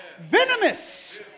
venomous